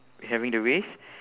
having the race